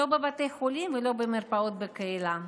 בבתי חולים ובמרפאות בקהילה.